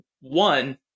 one